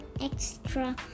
extra